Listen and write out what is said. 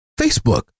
Facebook